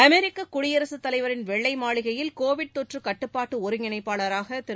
அமெரிக்ககுடியரசுத் தலைவரின் வெள்ளைமாளிகையில் கோவிட் தொற்றுகட்டுப்பாட்டுஒருங்கிணைப்பாளராகதிரு